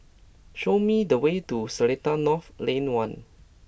show me the way to Seletar North Lane One